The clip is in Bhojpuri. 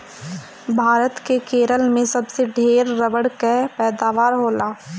भारत के केरल में सबसे ढेर रबड़ कअ पैदावार होला